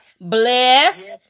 Bless